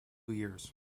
years